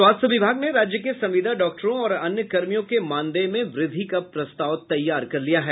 स्वास्थ्य विभाग ने राज्य के संविदा डॉक्टरों और अन्य कर्मियों के मानदेय में वृद्धि का प्रस्ताव तैयार कर लिया है